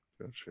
Gotcha